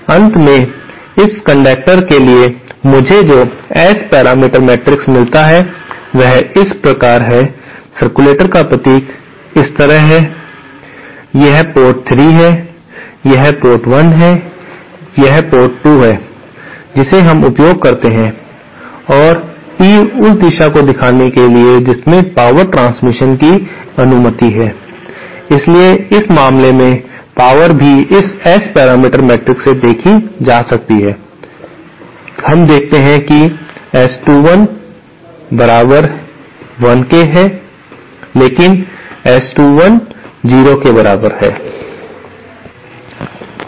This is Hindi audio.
अंत में इस कंडक्टर के लिए मुझे जो S पैरामीटर मैट्रिक्स मिलता है वह इस प्रकार हैसर्कुलेटर्स का प्रतीक इस तरह है यह पोर्ट 3 है यह पोर्ट 1 है यह पोर्ट 2 है जिसे हम उपयोग करते हैं और और तीर उस दिशा को दिखाने के लिए जिसमें पावर ट्रांसमिशन की अनुमति है इसलिए इस मामले में पावर भी इस Sपैरामीटर मैट्रिक्स से देखी जाती है हम देखते हैं कि S21 बराबर 1 के बराबर है लेकिन S21 0 के बराबर है